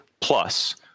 plus